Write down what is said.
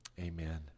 Amen